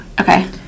Okay